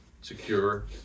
secure